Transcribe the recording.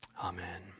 Amen